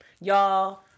Y'all